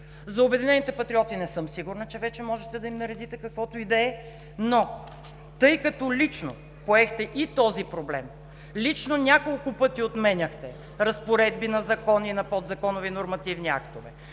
За „Обединените патриоти“ не съм сигурна, че вече можете да им наредите каквото и да е. Но тъй като лично поехте и този проблем, лично няколко пъти отменяхте разпоредби на закони, на подзаконови нормативни актове,